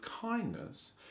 kindness